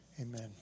Amen